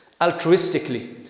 altruistically